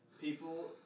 people